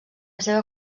seva